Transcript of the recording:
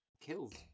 killed